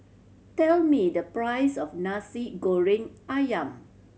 tell me the price of Nasi Goreng Ayam